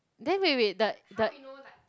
then wait wait the the